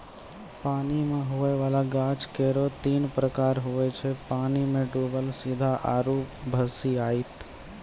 पानी मे हुवै वाला गाछ केरो तीन प्रकार हुवै छै पानी मे डुबल सीधा आरु भसिआइत